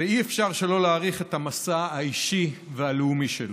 אי-אפשר שלא להעריך את המסע האישי והלאומי שלו.